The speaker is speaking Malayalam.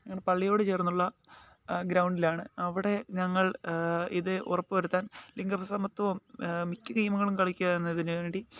പള്ളിയോടു ചേർന്നുള്ള ഗ്രൗണ്ടിലാണ് അവിടെ ഞങ്ങൾ ഇത് ഉറപ്പു വരുത്താൻ ലിംഗ സമത്വം മിക്ക ടീമുകളും കളിക്കുന്നതിനു വേണ്ടി